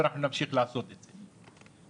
ונמשיך לעשות את זה.